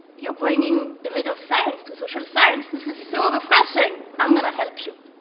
you're bringing the method of science to social science. this is so refreshing. i'm going to help you.